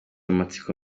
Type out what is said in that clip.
amatsiko